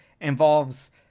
involves